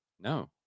No